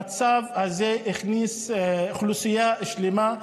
המצב הזה הכניס אוכלוסייה שלמה,